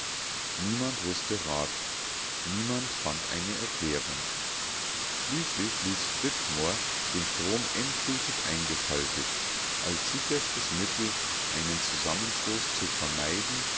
niemand wußte rat niemand fand eine erklärung schließlich ließ flitmore den strom endgültig eingeschaltet als sicherstes mittel einen zusammenstoß zu vermeiden